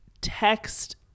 text